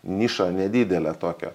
nišą nedidelę tokią